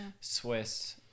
swiss